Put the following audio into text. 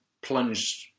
plunged